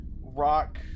Rock